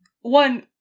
One